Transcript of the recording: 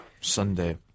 Sunday